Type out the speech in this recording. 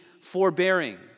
forbearing